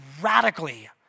radically